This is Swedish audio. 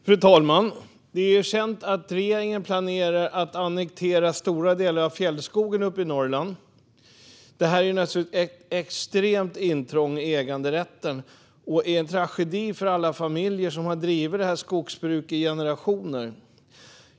Fru talman! Det är känt att regeringen planerar att annektera stora delar av fjällskogen uppe i Norrland. Det är naturligtvis ett extremt intrång i äganderätten och en tragedi för alla familjer som har drivit sitt skogsbruk i generationer.